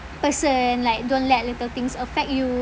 person like don't let little things affect you